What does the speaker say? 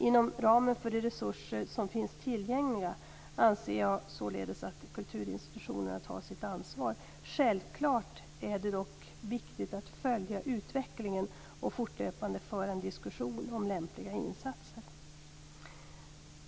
Inom ramen för de resurser som finns tillgängliga anser jag således att kulturinstitutionerna tar sitt ansvar. Självklart är det dock viktigt att följa utvecklingen och fortlöpande föra en diskussion om lämpliga insatser.